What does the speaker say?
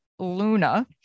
luna